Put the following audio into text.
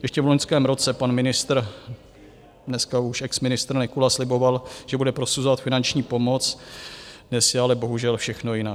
Ještě v loňském roce pan ministr, dneska už exministr, Nekula sliboval, že bude prosazovat finanční pomoc, dnes je ale bohužel všechno jinak.